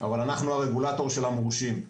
אבל אנחנו הרגולטור של המורשים.